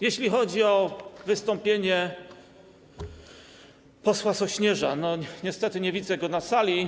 Jeśli chodzi o wystąpienie posła Sośnierza - niestety nie widzę go na sali.